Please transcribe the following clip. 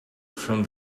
from